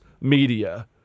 media